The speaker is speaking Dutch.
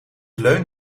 leun